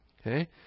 Okay